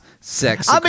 sex